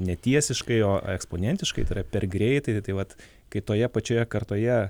netiesiškai o eksponentiškai tai yra per greitai tai vat kai toje pačioje kartoje